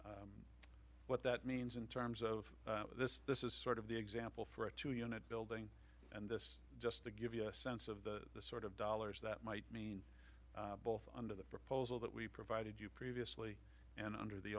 property what that means in terms of this this is sort of the example for a two unit building and this just to give you a sense of the sort of dollars that might mean under the proposal that we provided you previously and under the